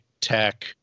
tech